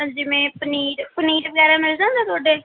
ਜਿਵੇਂ ਪਨੀਰ ਪਨੀਰ ਵਗੈਰਾ ਮਿਲ ਜਾਂਦਾ ਤੁਹਾਡੇ